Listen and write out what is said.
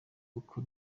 uko